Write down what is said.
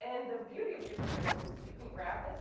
and the beauty of jupyter notebooks is that you can grab this